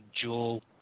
jewel